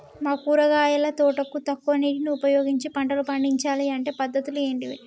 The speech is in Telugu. మా కూరగాయల తోటకు తక్కువ నీటిని ఉపయోగించి పంటలు పండించాలే అంటే పద్ధతులు ఏంటివి?